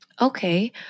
Okay